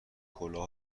کلاه